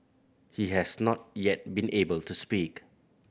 he has not yet been able to speak